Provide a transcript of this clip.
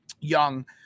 young